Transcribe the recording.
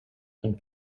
and